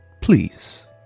please